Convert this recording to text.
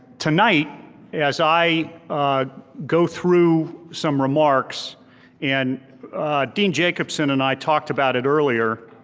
tonight as i go through some remarks and dean jacobsen and i talked about it earlier,